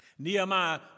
Nehemiah